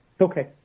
Okay